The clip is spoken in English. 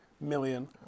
million